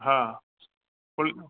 हा फुल